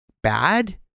bad